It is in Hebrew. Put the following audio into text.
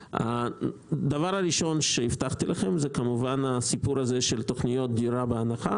הדבר הראשון שהבטחתי לכם זה כמובן תוכניות דירה בהנחה